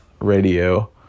radio